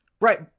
right